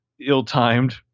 ill-timed